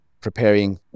preparing